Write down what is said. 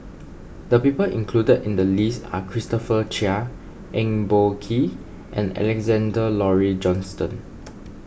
the people included in the list are Christopher Chia Eng Boh Kee and Alexander Laurie Johnston